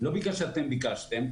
לא בגלל שאתם ביקשתם,